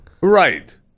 Right